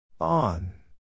On